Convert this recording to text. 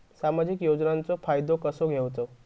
सामाजिक योजनांचो फायदो कसो घेवचो?